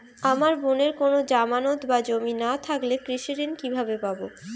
আমার বোনের কোন জামানত বা জমি না থাকলে কৃষি ঋণ কিভাবে পাবে?